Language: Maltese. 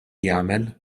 jagħmel